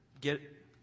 get